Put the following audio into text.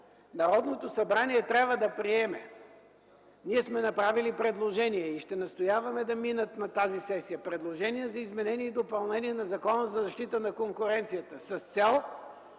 Народното събрание трябва да приеме – ние сме направили предложения, и ще настояваме да минат на тази сесия, за изменение и допълнение на Закона за защита на конкуренцията с цел